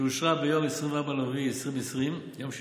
שאושרה ביום 24 באפריל 2020, יום שישי,